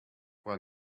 were